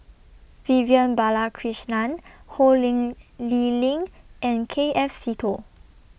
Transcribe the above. Vivian Balakrishnan Ho Ling Lee Ling and K F Seetoh